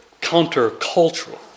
counter-cultural